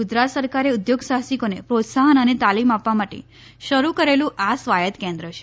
ગુજરાત સરકારે ઉદ્યોગ સાહસિકોને પ્રોત્સાહન અને તાલિમ આપવા માટે શરૂ કરેલું આ સ્વાયત્ત કેન્ફ છે